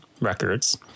Records